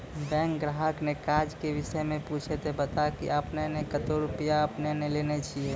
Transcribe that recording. Bank ग्राहक ने काज के विषय मे पुछे ते बता की आपने ने कतो रुपिया आपने ने लेने छिए?